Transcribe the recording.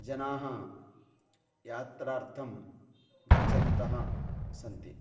जनाः यात्रार्थं गच्छन्तः सन्ति